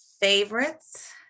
favorites